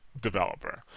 developer